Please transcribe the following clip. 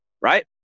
right